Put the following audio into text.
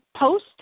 post